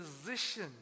position